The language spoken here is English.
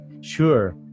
sure